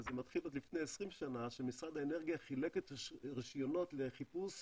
אבל זה מתחיל עוד מלפני 20 שנה כשמשרד האנרגיה חילק רישיונות לחיפוש